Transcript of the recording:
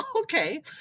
Okay